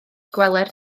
gweler